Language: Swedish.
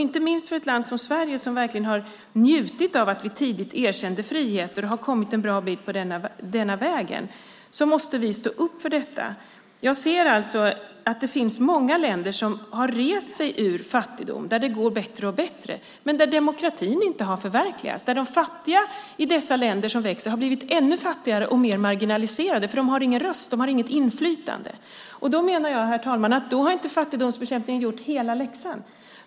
Inte minst ett land som Sverige, som verkligen har njutit av att vi tidigt erkände friheter och har kommit en bra bit på denna väg, måste stå upp för detta. Jag ser att det finns många länder som har rest sig ur fattigdom, där det går bättre och bättre men där demokratin inte har förverkligats. De fattiga i dessa länder som växer har blivit ännu fattigare och mer marginaliserade, för de har ingen röst och inget inflytande. Då menar jag, herr talman, att fattigdomsbekämpningen inte har gjort hela läxan.